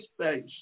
space